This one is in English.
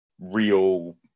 real